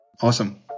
Awesome